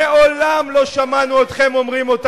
בתל-אביב רצחו הומוסקסואלים.